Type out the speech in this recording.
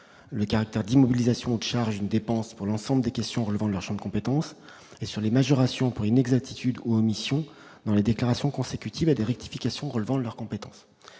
le caractère d'immobilisation charge une dépense pour l'ensemble des questions relevant de leur Champ de compétences et sur les majorations pour inexactitudes ou omissions dans les déclarations consécutives à des reactif. Question relevant de leur compétence